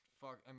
fuck